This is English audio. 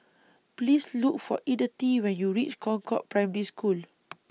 Please Look For Edythe when YOU REACH Concord Primary School